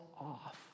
off